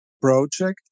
project